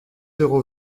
euros